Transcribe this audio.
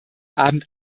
abend